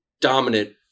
dominant